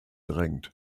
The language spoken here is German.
drängt